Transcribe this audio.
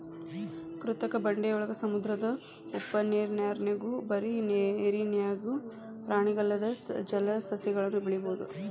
ಕೃತಕ ಬಂಡೆಯೊಳಗ, ಸಮುದ್ರದ ಉಪ್ಪನೇರ್ನ್ಯಾಗು ಬರಿ ನೇರಿನ್ಯಾಗಿನ ಪ್ರಾಣಿಗಲ್ಲದ ಜಲಸಸಿಗಳನ್ನು ಬೆಳಿಬೊದು